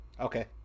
Okay